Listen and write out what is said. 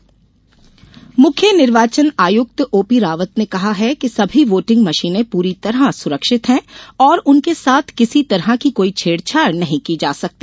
निर्वाचन आयुक्त मुख्य निर्वाचन आयुक्त ओपीरावत ने कहा है कि सभी वोटिंग मशीनें पूरी तरह सुरक्षित हैं और उनके साथ किसी तरह की कोई छेड़ छाड़ नहीं की जा सकती